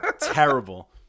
Terrible